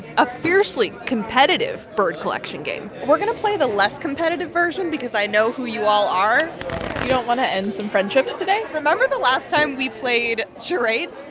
a fiercely competitive bird collection game we're going to play the less competitive version because i know who you all are you don't want to end some friendships today? remember the last time we played charades?